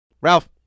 Ralph